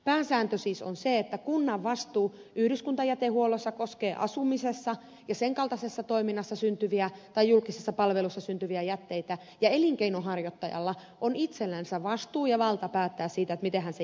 pääsääntö siis on se että kunnan vastuu yhdyskuntajätehuollossa koskee asumisessa ja sen kaltaisessa toiminnassa syntyviä tai julkisessa palvelussa syntyviä jätteitä ja että elinkeinonharjoittajalla on itsellänsä vastuu ja valta päättää siitä miten hän sen jätehuoltonsa järjestää